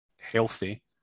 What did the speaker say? healthy